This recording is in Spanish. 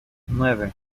nueve